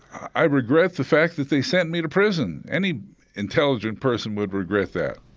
i regret the fact that they sent me to prison. any intelligent person would regret that